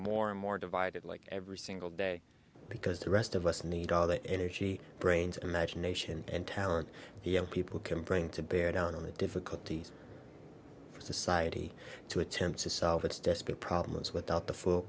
more and more divided like every single day because the rest of us need all the energy brains imagination and talent people can bring to bear down on the difficulties for society to attempt to solve its dispute problems without the full